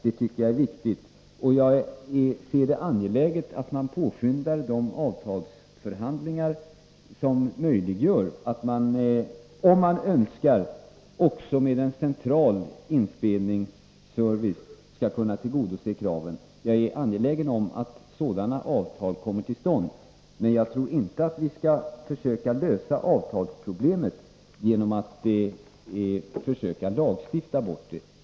Det är viktigt att förhandlingarna påskyndas om sådana avtal som kan möjliggöra att man, om så önskas, kan tillgodose de krav som finns genom en central inspelningsservice. Jag är angelägen om att sådana avtal kommer till stånd, men jag tror inte att vi skall försöka lösa avtalsproblemen genom att lagstifta bort dem.